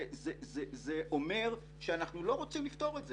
זה אומר שאנחנו לא רוצים לפתור את זה.